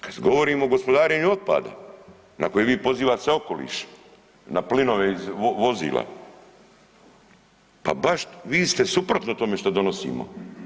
Kad govorimo o gospodarenju otpadom na koje vi pozivate se na okoliš, na plinove iz vozila, pa baš vi ste suprotno tome što donosimo.